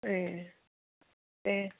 ए दे